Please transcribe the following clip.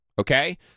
Okay